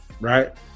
right